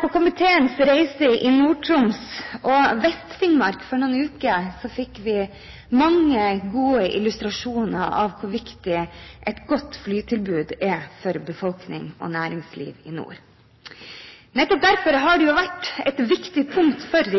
På komiteens reise i Nord-Troms og Vest-Finnmark for noen uker siden fikk vi mange gode illustrasjoner på hvor viktig et godt flytilbud er for befolkning og næringsliv i nord. Nettopp derfor har det vært et viktig punkt for